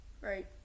right